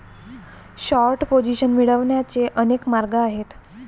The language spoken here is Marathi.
शॉर्ट पोझिशन मिळवण्याचे अनेक मार्ग आहेत